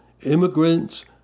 immigrants